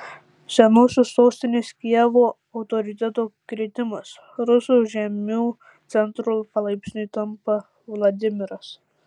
senosios sostinės kijevo autoriteto kritimas rusų žemių centru palaipsniui tampa vladimiras